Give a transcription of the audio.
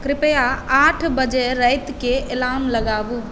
कृपया आठ बजे राति के अलार्म लगाबू